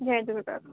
Jay Jhulelal